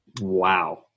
Wow